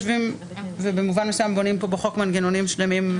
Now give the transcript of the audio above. במובן מסוים בונים בחוק מנגנונים שלמים.